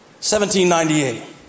1798